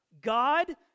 God